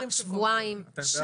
שבועיים,